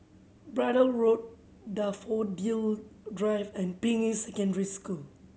Braddell Road Daffodil Drive and Ping Yi Secondary School